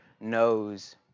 knows